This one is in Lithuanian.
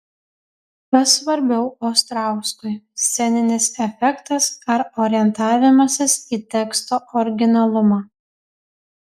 kas svarbiau ostrauskui sceninis efektas ar orientavimasis į teksto originalumą